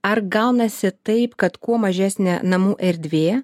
ar gaunasi taip kad kuo mažesnė namų erdvė